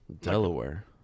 Delaware